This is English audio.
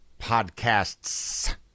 podcasts